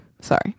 sorry